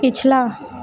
पिछला